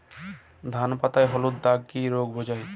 ধান পাতায় হলুদ দাগ কি রোগ বোঝায়?